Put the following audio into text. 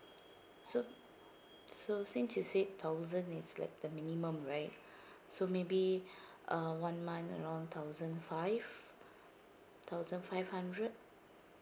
so so since you said thousand is like the minimum right so maybe uh one month around thousand five thousand five hundred